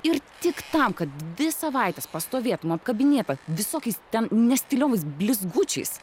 ir tik tam kad dvi savaites pastovėtum apkabinėta visokiais ten nestiliovais blizgučiais